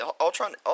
Ultron